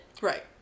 Right